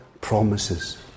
promises